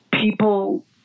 people